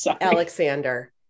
alexander